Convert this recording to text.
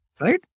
right